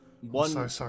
one